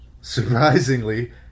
Surprisingly